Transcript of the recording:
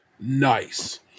Nice